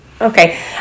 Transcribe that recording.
Okay